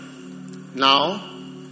Now